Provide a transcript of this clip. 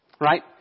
Right